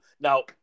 Now